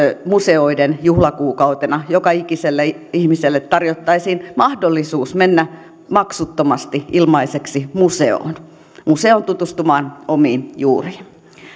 museoiden juhlakuukautena joka ikiselle ihmiselle tarjottaisiin mahdollisuus mennä maksuttomasti ilmaiseksi museoon museoon tutustumaan omiin juuriin